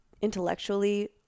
intellectually